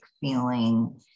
feeling